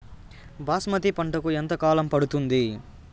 బాస్మతి పంటకు ఎంత కాలం పడుతుంది?